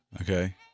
Okay